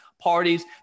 parties